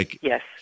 Yes